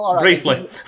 Briefly